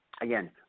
Again